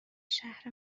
شهر